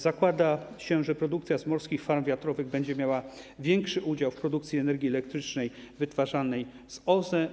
Zakłada się, że produkcja z morskich farm wiatrowych będzie miała większy udział w produkcji energii elektrycznej wytwarzanej z OZE.